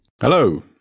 Hello